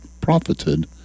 profited